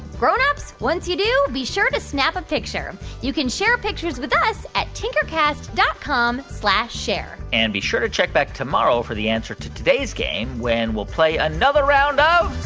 grown-ups, once you do, be sure to snap a picture. you can share pictures with us at tinkercast dot com share and be sure to check back tomorrow for the answer to today's game, when we'll play another round of.